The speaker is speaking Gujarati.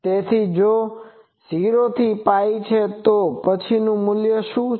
તેથી જો તે 0 થી Π છે તો પછી મૂલ્ય શું છે